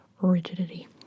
rigidity